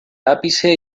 ápice